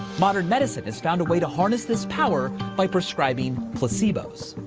modern medicine has found a way to harness this power by prescribing placebos.